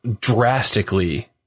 drastically